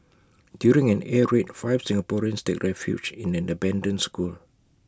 during an air raid five Singaporeans take refuge in an abandoned school